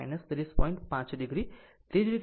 તેવી જ રીતે V3 r I